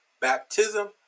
baptism